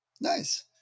Nice